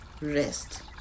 rest